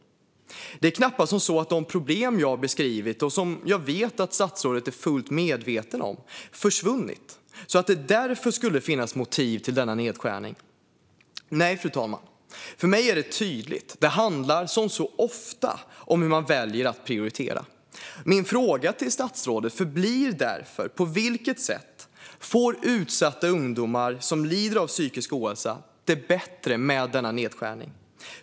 Det är knappast som så att de problem jag beskrivit, och som jag vet att statsrådet är fullt medveten om, försvunnit, så att det därför skulle finnas motiv till denna nedskärning. Nej, fru talman, för mig är det tydligt: Det handlar, som så ofta, om hur man väljer att prioritera. Min fråga till statsrådet förblir därför: På vilket sätt får utsatta ungdomar som lider av psykisk ohälsa det bättre med denna nedskärning?